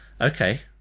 Okay